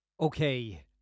Okay